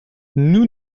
nous